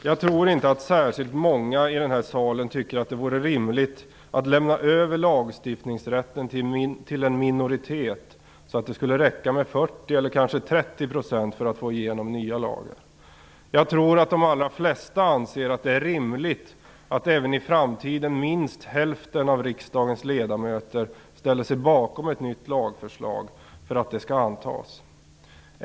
Jag tror inte att särskilt många i den här salen tycker att det vore rimligt att lämna över lagstiftningsrätten till en minoritet, så att det skulle räcka med 40 % eller kanske 30 % för att få igenom den nya lagen. Jag tror att de allra flesta anser att det är rimligt att även i framtiden minst hälften av riksdagens ledamöter ställer sig bakom ett nytt lagförslag för att detta skall antas.